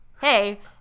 hey